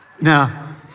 Now